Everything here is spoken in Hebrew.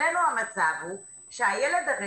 אצלנו המצב הוא שהילד הרביעי,